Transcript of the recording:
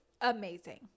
amazing